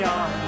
on